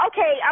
Okay